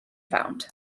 found